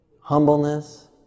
humbleness